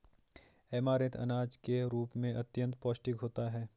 amaranth अनाज के रूप में अत्यंत पौष्टिक होता है